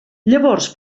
llavors